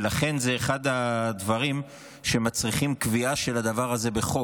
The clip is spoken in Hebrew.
ולכן זה אחד הדברים שמצריכים קביעה של הדבר הזה בחוק.